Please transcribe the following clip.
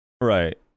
Right